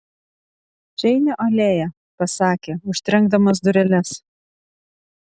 čeinio alėja pasakė užtrenkdamas dureles